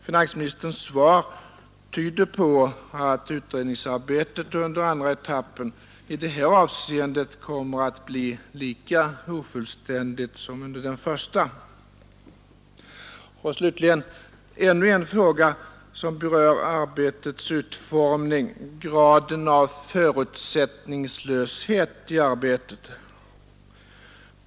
Finansministerns svar tyder på att utredningsarbetet under den andra etappen i detta avseende kommer att bli lika ofullständigt som under den första, Slutligen ännu en fråga som berör utformningen av och graden av förutsättningslöshet i arbetet.